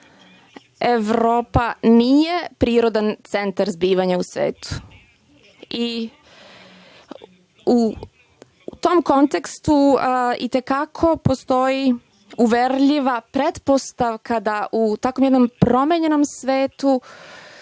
Evropa nije prirodan centar zbivanja u svetu. U tom kontekstu, i te kako postoji uverljiva pretpostavka da u takvom jednom promenjenom svetu